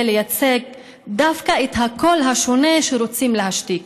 לייצג דווקא את הקול השונה שרוצים להשתיק.